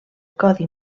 codi